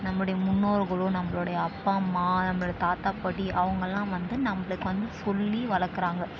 நம்மளுடைய முன்னோர்களும் நம்மளுடைய அப்பா அம்மா நம்ம தாத்தா பாட்டி அவங்களெலாம் வந்து நம்மளுக்கு வந்து சொல்லி வளர்க்கறாங்க